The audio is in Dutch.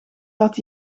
dat